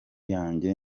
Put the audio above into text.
yanjye